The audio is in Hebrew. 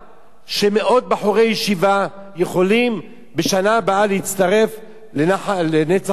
שמאות בחורי ישיבה יכולים בשנה הבאה להצטרף ל"נצח יהודה".